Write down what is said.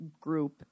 group